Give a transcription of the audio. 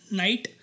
night